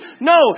No